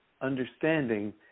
understanding